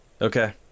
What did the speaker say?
Okay